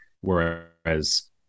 whereas